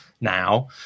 now